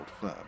firm